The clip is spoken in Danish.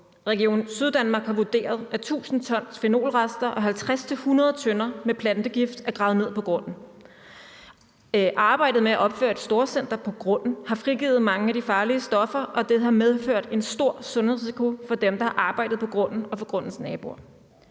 Region Syddanmark har vurderet, at 1.000 t fenolrester og 50 til 100 tønder med plantegift er gravet ned på grunden. Arbejdet med at opføre et storcenter på grunden har frigivet mange af de farlige stoffer, og det har medført en stor sundhedsrisiko for dem, der har arbejdet på grunden, og for grundens naboer.